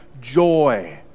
joy